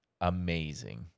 amazing